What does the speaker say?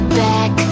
back